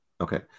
Okay